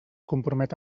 compromet